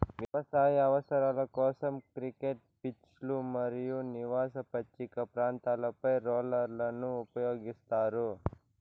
వ్యవసాయ అవసరాల కోసం, క్రికెట్ పిచ్లు మరియు నివాస పచ్చిక ప్రాంతాలపై రోలర్లను ఉపయోగిస్తారు